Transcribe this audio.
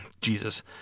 Jesus